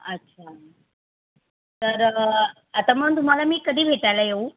अच्छा तर आता मग तुम्हाला मी कधी भेटायला येऊ